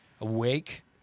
awake